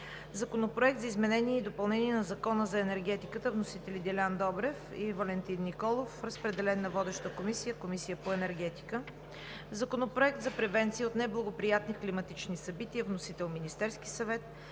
Законопроект за изменение и допълнение на Закона за енергетиката. Вносители са Делян Добрев и Валентин Николов. Разпределен е на водеща комисия – Комисията по енергетика. Законопроект за превенция от неблагоприятни климатични събития. Вносител е Министерският съвет.